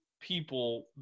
people